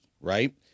right